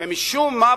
ומשום מה,